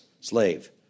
slave